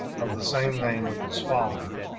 of the same name with his father.